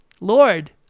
Lord